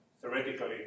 theoretically